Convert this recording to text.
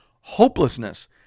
hopelessness